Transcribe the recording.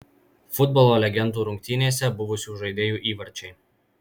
futbolo legendų rungtynėse buvusių žaidėjų įvarčiai